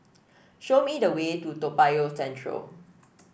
show me the way to Toa Payoh Central